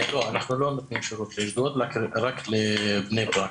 לא, אנחנו לא נותנים שירות לאשדוד, רק לבני ברק.